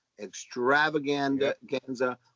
extravaganza